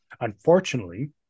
Unfortunately